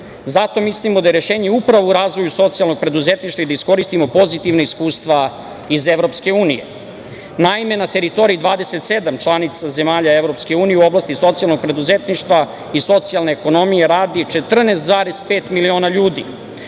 Zato mislimo da je rešenje upravo u razvoju socijalnog preduzetništva i da iskoristimo pozitivna iskustva iz EU.Naime, na teritoriji 27 članica zemalja EU u oblasti socijalnog preduzetništva i socijalne ekonomije radi 14,5 miliona ljudi